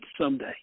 someday